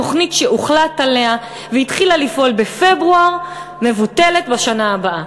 תוכנית שהוחלט עליה והתחילה לפעול בפברואר מבוטלת בשנה הבאה.